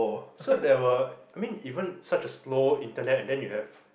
so there were I mean even such a slow internet and then you have